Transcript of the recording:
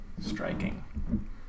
striking